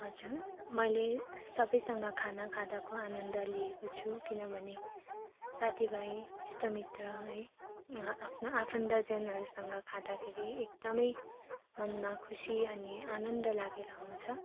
हजुर मैले सबैसँग खाना खाँदाको आनन्द लिएको छु किनभने साथी भाइ इष्ट मित्र है आफ्ना आफन्तजनहरूसँग खाँदाखेरि एकदमै मनमा खुसी अनि आनन्द लागेर आउँछ